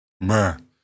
Man